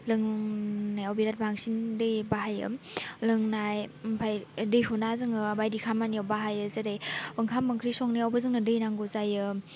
लोंनायाव बिरात बांसिन दै बाहायो लोंनाय ओमफाय दैखौ ना जोङो बायदि खामानियाव बाहायो जेरै ओंखाम ओंख्रि संनायावबो जोंनो दै नांगौ जायो